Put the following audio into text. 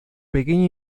pequeña